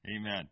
amen